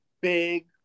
big